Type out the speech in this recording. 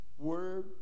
word